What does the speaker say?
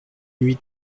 huit